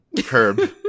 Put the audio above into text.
Curb